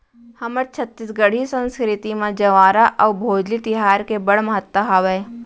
हमर छत्तीसगढ़ी संस्कृति म जंवारा अउ भोजली तिहार के बड़ महत्ता हावय